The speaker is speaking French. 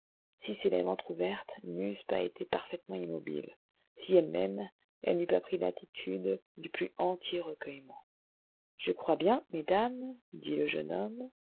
ses lèvres entr'ouvertes n'eussent pas été parfaitement immobiles si elle-même elle n'eût pas pris l'attitude du plus entier recueillement je crains bien mesdames dit le jeune homme